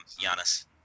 Giannis